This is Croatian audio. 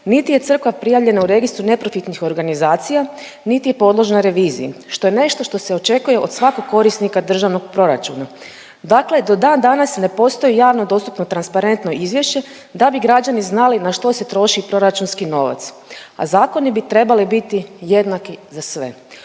niti je crkva prijavljena u Registru neprofitnih organizacija, niti je podložna reviziji, što je nešto što se očekuje od svakog korisnika Državnog proračuna. Dakle do dan danas ne postoji javno dostupno i transparentno izvješće da bi građani znali na što se troši proračunski novac, a zakoni bi trebali biti jednaki za sve.